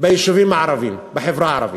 ביישובים הערביים, בחברה הערבית.